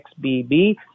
XBB